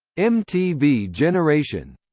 mtv generation